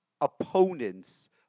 opponents